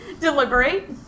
Deliberate